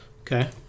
Okay